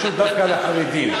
זה קשור דווקא לחרדים.